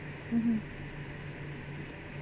mmhmm